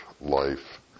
life